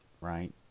right